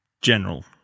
general